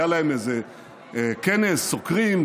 היה להם איזה כנס סוקרים,